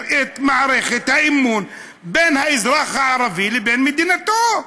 את האמון בין האזרח הערבי לבין מדינתו.